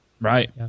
Right